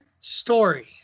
story